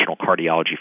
cardiology